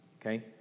Okay